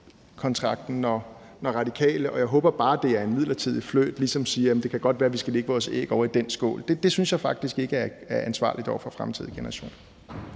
generationskontrakten, når Radikale siger – og jeg håber bare, det er en midlertidig flirt – at det godt kan være, at vi skal lægge vores æg ovre i den skål. Det synes jeg faktisk ikke er ansvarligt over for fremtidige generationer.